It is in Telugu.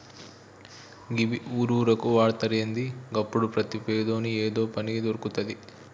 గివ్వి ఊరూరుకు పెడ్తరా ఏంది? గప్పుడు ప్రతి పేదోని ఏదో పని దొర్కుతది